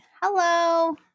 Hello